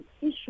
issue